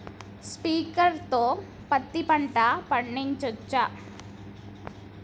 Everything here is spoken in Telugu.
స్ప్రింక్లర్ తో పత్తి పంట పండించవచ్చా?